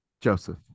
Joseph